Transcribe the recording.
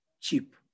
cheap